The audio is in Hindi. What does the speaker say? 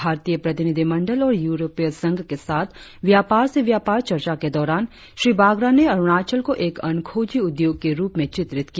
भारतीय प्रतिनिधिमंडल और यूरोपीय संघ के साथ व्यापार से व्यापार चर्चा के दौरान श्री बागरा ने अरुणाचल को एक अनखोजी उद्योग के रुप में चित्रित किया